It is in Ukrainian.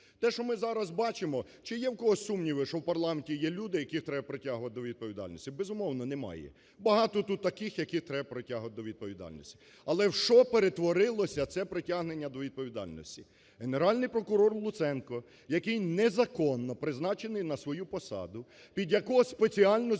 Те, що ми зараз бачимо, чи є в когось сумніви, що в парламенті є люди, яких треба притягувати до відповідальності? Безумовно немає. Багато тут таких, яких треба притягувати до відповідальності. Але в що перетворилося це притягнення до відповідальності? Генеральний прокурор Луценко, який незаконно призначений на свою посаду, під якого спеціально змінили